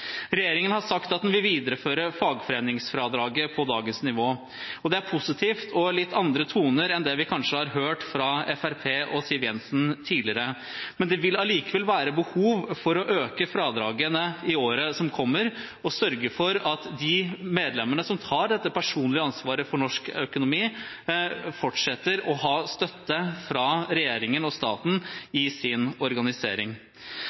Regjeringen har sagt at den vil videreføre fagforeningsfradraget på dagens nivå, og det er positivt og litt andre toner enn det vi kanskje har hørt fra Fremskrittspartiet og Siv Jensen tidligere. Men det vil allikevel være behov for å øke fradragene i året som kommer, og sørge for at de medlemmene, som tar dette personlige ansvaret for norsk økonomi, fortsetter å ha støtte fra regjeringen og staten i sin organisering.